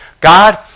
God